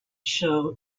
show